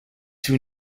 two